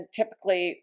typically